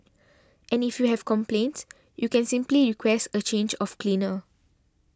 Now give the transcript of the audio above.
and if you have complaints you can simply request a change of cleaner